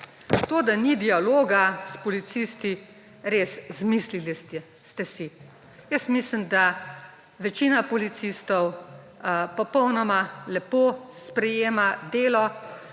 To, da ni dialoga s policisti, res, zmislili ste si. Jaz mislim, da večina policistov popolnoma lepo sprejema delo,